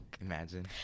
Imagine